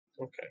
Okay